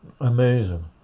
Amazing